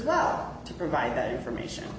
well to provide that information